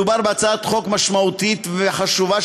מדובר בהצעת חוק משמעותית וחשובה,